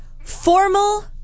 formal